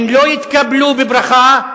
הם לא יתקבלו בברכה,